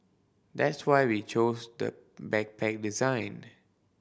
that's why we chose the backpack design